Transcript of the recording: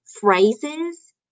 phrases